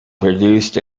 produced